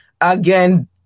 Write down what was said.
Again